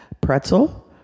pretzel